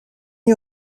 n’y